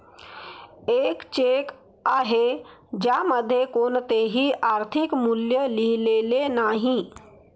एक चेक आहे ज्यामध्ये कोणतेही आर्थिक मूल्य लिहिलेले नाही